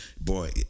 boy